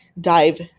dive